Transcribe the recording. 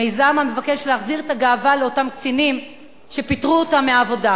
מיזם המבקש להחזיר את הגאווה לאותם קצינים שפיטרו אותם מהעבודה.